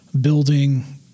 building